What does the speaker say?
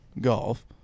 golf